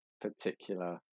particular